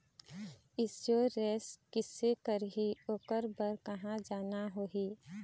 Insurance कैसे करही, ओकर बर कहा जाना होही?